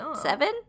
seven